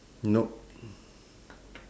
no